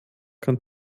kann